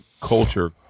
culture